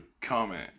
comment